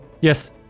yes